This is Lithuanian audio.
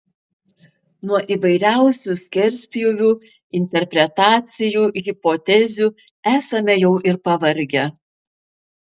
nuo įvairiausių skerspjūvių interpretacijų hipotezių esame jau ir pavargę